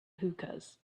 hookahs